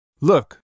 Look